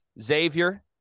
Xavier